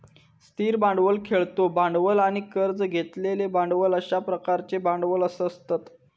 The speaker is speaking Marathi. स्थिर भांडवल, खेळतो भांडवल आणि कर्ज घेतलेले भांडवल अश्या प्रकारचे भांडवल असतत